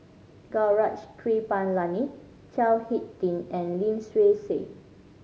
Gaurav Kripalani Chao Hick Tin and Lim Swee Say